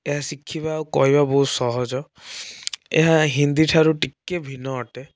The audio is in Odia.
ଏହା ଶିଖିବା ଓ କହିବା ବହୁତ ସହଜ ଏହା ହିନ୍ଦୀଠାରୁ ଟିକିଏ ଭିନ୍ନ ଅଟେ